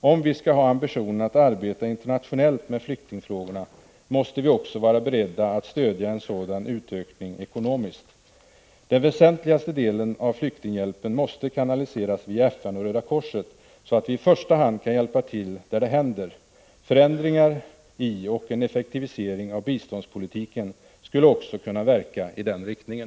Om vi skall ha ambitionen att arbeta internationellt med flyktingfrågorna måste vi också vara beredda att stödja en sådan utökning ekonomiskt. Den väsentligaste delen av flyktinghjälpen måste kanaliseras via FN och Röda korset, så att vi i första hand kan hjälpa till där det händer. Förändringar i och en effektivisering av biståndspolitiken skulle också kunna verka i den riktningen.